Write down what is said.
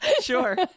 sure